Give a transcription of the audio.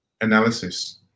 analysis